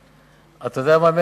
אתה יודע מה,